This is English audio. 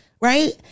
Right